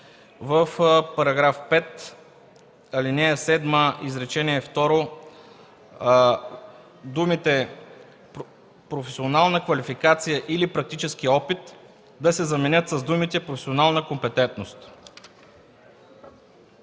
– в § 5, ал. 7, изречение второ думите „професионална квалификация или практически опит” да се заменят с думите „професионална компетентност”.